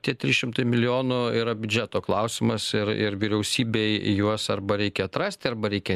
tie trys šimtai milijonų yra biudžeto klausimas ir ir vyriausybėj juos arba reikia atrasti arba reikia